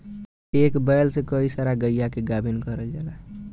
एक बैल से कई सारा गइया के गाभिन करल जाला